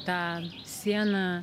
tą sieną